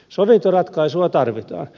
sovintoratkaisua tarvitaan